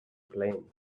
plain